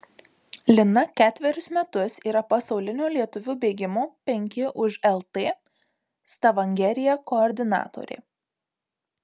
lina ketverius metus yra pasaulinio lietuvių bėgimo penki už lt stavangeryje koordinatorė